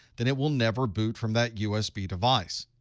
then it will never boot from that usb device.